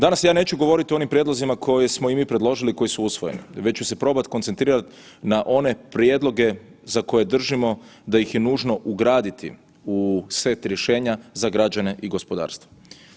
Danas ja neću govoriti o onim prijedlozima koje smo i mi predložili koji su usvojeni, već ću se probati koncentrirati na one prijedloge za koje držimo da ih je nužno ugraditi u set rješenja za građane i gospodarstvenike.